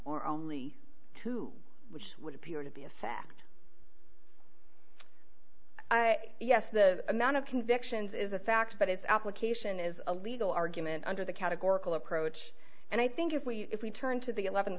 or only two which would appear to be a fact yes the amount of convictions is a factor but its application is a legal argument under the categorical approach and i think if we if we turn to the eleven